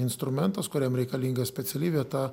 instrumentas kuriam reikalinga speciali vieta